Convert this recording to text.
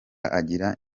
agira